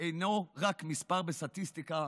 אינו רק מספר בסטטיסטיקה